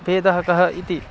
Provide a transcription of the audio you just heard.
भेदः कः इति